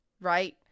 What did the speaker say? right